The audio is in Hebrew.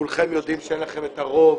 כולכם יודעים שאין לכם את הרוב